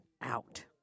out